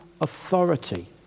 authority